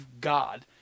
God